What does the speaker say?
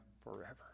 forever